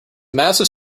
massive